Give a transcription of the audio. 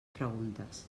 preguntes